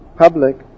public